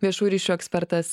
viešųjų ryšių ekspertas